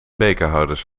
bekerhouders